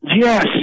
Yes